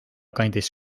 kandis